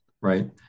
Right